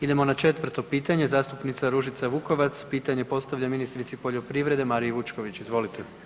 Idemo na 4. pitanje zastupnica Ružica Vukovac pitanje postavlja ministrici poljoprivrede Mariji Vučković- Izvolite.